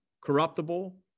Corruptible